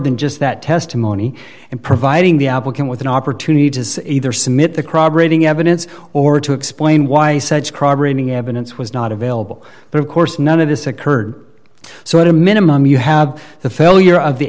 than just that testimony and providing the applicant with an opportunity to say either submit the crowd rating evidence or to explain why such programming evidence was not available but of course none of this occurred so at a minimum you have the failure of the